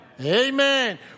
Amen